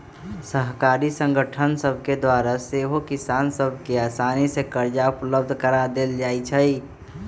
सहकारी संगठन सभके द्वारा सेहो किसान सभ के असानी से करजा उपलब्ध करा देल जाइ छइ